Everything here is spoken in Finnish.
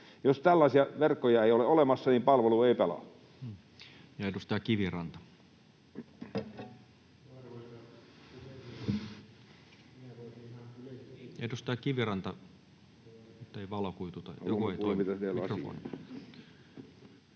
Jos tällaisia verkkoja ei ole olemassa, niin palvelu ei pelaa.